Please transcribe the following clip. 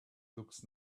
looks